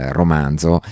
romanzo